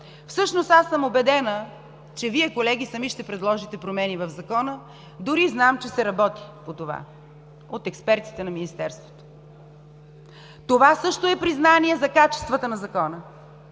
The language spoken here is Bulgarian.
закони. Аз съм убедена, че Вие, колеги, сами ще предложите промени в Закона, дори знам, че се работи по това от експертите на Министерството. Това също е признание за качествата на Закона.